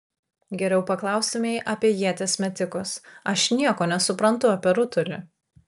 geriau paklaustumei apie ieties metikus aš nieko nesuprantu apie rutulį